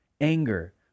anger